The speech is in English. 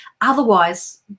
otherwise